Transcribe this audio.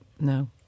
No